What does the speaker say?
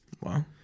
Wow